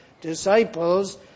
disciples